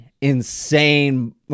insane